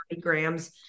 grams